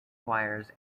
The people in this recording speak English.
choirs